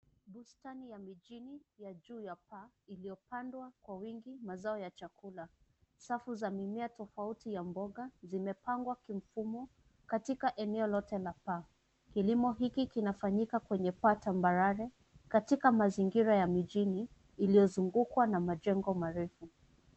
Bustani ya mijini ya juu ya paa iliyopandwa kwa wingi mazao ya chakula. Safu za mimea tofauti ya mboga zimepangwa kwa mfumo katika eneo lote la paa. Kilimo hiki kinafanyika kwenye paa tambarare katika mazingira ya mijini iliyozungukwa na majengo marefu .